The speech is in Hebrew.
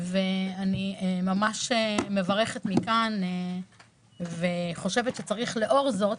אני ממש מברכת מכאן וחושבת שצריך לאור זאת